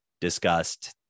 discussed